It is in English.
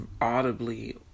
audibly